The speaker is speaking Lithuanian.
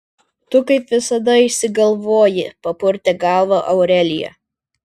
tu kaip visada išsigalvoji papurtė galvą aurelija